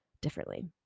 differently